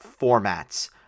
formats